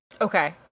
Okay